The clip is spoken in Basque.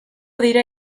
dira